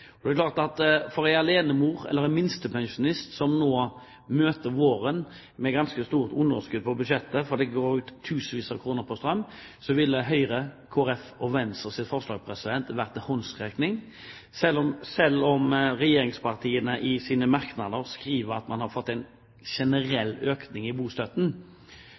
er klart at for en alenemor eller en minstepensjonist som nå møter våren med ganske stort underskudd på budsjettet, fordi det går ut tusenvis av kroner til strøm, ville forslaget fra Høyre, Kristelig Folkeparti og Venstre vært en håndsrekning. Selv om regjeringspartiene i sine merknader skriver at man har fått en generell økning i bostøtten,